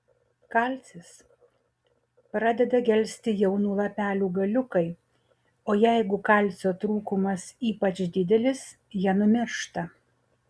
kalcis pradeda gelsti jaunų lapelių galiukai o jeigu kalcio trūkumas ypač didelis jie numiršta